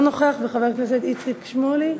אינו נוכח, חבר הכנסת איציק שמולי,